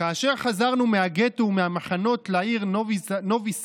"כאשר חזרנו מהגטו ומהמחנות לעיר נובי סאד,